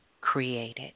created